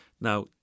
Now